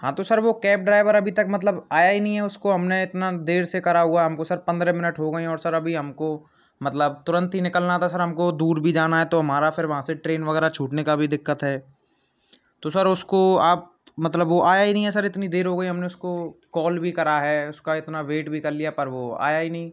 हाँ तो सर वो कैब ड्राइवर अभी तक मतलब आया ही नहीं है उसको हमने इतना देर से करा हुआ है हमको सर पन्द्रह मिनट हो गए हैं और सर अभी हमको मतलब तुरंत ही निकलना था सर हमको दूर भी जाना है तो हमारा फिर वहाँ से ट्रेन वगैरह छूटने का भी दिक्कत है तो सर उसको आप मतलब वो आया ही नहीं है सर इतनी देर हो गई हमने उसको कॉल भी करा है उसका इतना वेट भी कर लिया पर वो आया ही नहीं